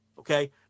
Okay